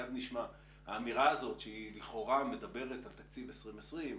האמירה הזו שלכאורה מדברת על תקציב 2020,